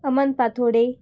अमन पाथोडे